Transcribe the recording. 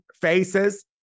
faces